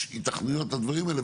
יש היתכנויות לדברים האלה,